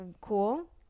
cool